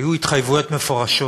היו התחייבויות מפורשות,